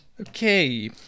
Okay